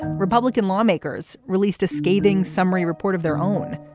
republican lawmakers released a scathing summary report of their own,